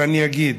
ואני אגיד: